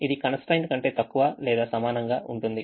ఇది constraint కంటే తక్కువ లేదా సమానంగా ఉంటుంది